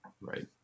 right